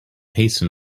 hasten